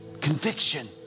conviction